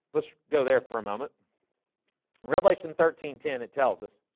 let's go there for a moment in revelation thirteen ten it tells us